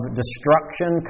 destruction